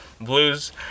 blues